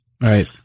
right